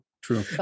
True